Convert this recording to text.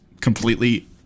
completely